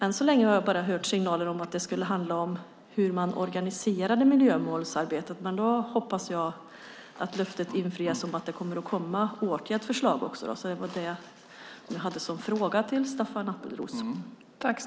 Än så länge har jag bara hört signaler om att det skulle handla om hur man organiserade miljömålsarbetet, men då hoppas jag att löftet infrias om att det kommer att komma förslag också. Det var min fråga till Staffan Appelros.